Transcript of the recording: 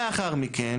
לאחר מכן,